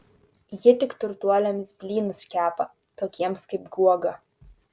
ji tik turtuoliams blynus kepa tokiems kaip guoga